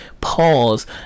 pause